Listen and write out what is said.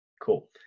Cool